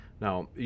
Now